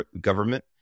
government